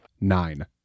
Nine